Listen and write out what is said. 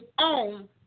own